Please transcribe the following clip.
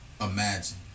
imagine